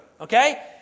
okay